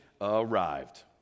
arrived